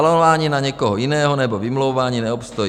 Svalování na někoho jiného nebo vymlouvání neobstojí.